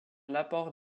l’apport